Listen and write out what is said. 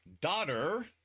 daughter